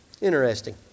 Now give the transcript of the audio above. Interesting